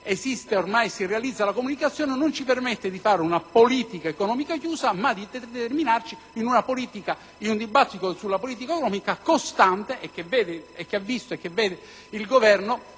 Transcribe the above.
con cui si realizza la comunicazione non ci permette più di fare una politica economica chiusa ma di determinarci in un dibattito sulla politica economica costante, che ha visto (e che vede) il Governo